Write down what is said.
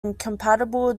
incompatible